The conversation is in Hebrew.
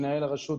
מנהל הרשות,